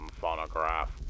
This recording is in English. phonograph